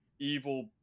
evil